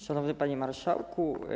Szanowny Panie Marszałku!